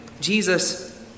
Jesus